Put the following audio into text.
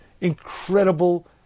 incredible